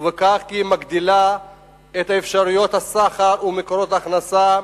ובכך היא מגדילה את אפשרויות הסחר ומקורות ההכנסה,